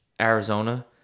Arizona